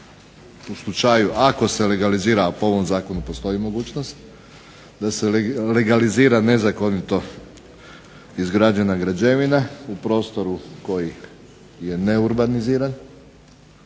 u slučaju ako se legalizira, a po ovom zakonu postoji mogućnost da se legalizira nezakonito izrađena građevina u prostoru koji je neurbaniziran